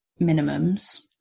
minimums